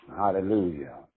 Hallelujah